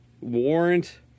Warrant